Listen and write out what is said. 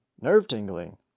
Nerve-tingling